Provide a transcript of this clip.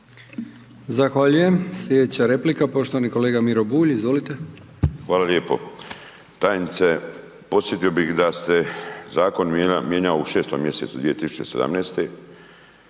Zahvaljujem. Sljedeća replika poštovani kolega Miro Bulj, izvolite. **Bulj, Miro (MOST)** Hvala lijepo. Tajnice, podsjetio bih da se zakon mijenjao u 6.mjesecu 2017.